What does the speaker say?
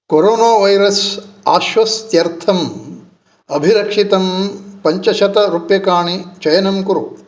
corona virus आश्वस्त्यर्थम् अभिरक्षितं पञ्चशत रूप्यकाणि चयनं कुरु